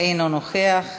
אינו נוכח,